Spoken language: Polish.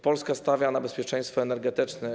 Polska stawia na bezpieczeństwo energetyczne.